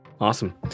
Awesome